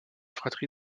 fratrie